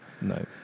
no